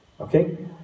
okay